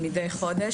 מידי חודש,